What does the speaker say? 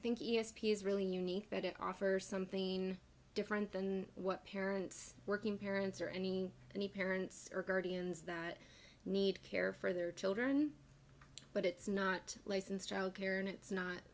i think yes p is really unique that it offers something different than what parents working parents or any any parents or guardians that need care for their children but it's not licensed childcare and it's not